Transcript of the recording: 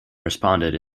responded